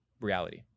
reality